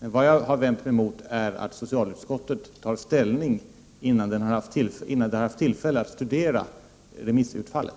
Vad jag har vänt mig emot är att socialutskottet tar ställning innan vi haft tillfälle att studera remissutfallet.